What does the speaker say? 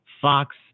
Fox